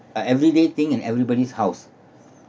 a everyday thing in everybody's house